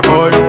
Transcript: Boy